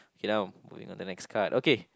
K now moving on to next card okay